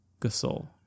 Gasol